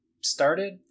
started